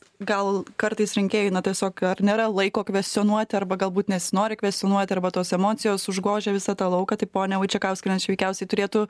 gal kartais rinkėjui na tiesiog ar nėra laiko kvestionuoti arba galbūt nesinori kvestionuoti arba tos emocijos užgožia visą tą lauką tai ponia vaičekauskiene čia veikiausiai turėtų